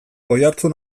oihartzun